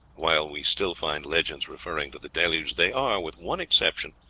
while we still find legends referring to the deluge, they are, with one exception,